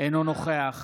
אינו נוכח